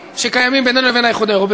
שקיימים בינינו לבין האיחוד האירופי.